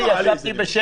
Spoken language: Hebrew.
אלי, ישבתי בשקט.